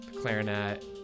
clarinet